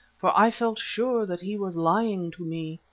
for i felt sure that he was lying to me.